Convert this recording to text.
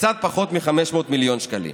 קצת פחות מ-500 מיליון שקלים.